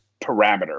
parameter